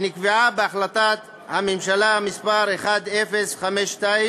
שנקבעה בהחלטת הממשלה מס' 1052,